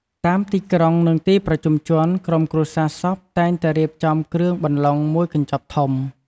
តាមទីក្រុង និងទីប្រជុំជន ក្រុមគ្រួសារសពតែងតែរៀបចំគ្រឿងបន្លុងមួយកញ្ចប់ធំ។